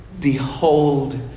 Behold